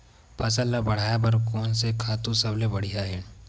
फसल ला बढ़ाए बर कोन से खातु सबले बढ़िया हे?